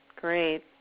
Great